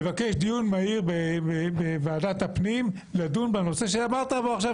לבקש דיון מהיר בוועדת הפנים ולדון בנושא שדיברת עליו עכשיו,